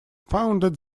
founded